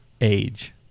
age